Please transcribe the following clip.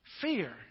Fear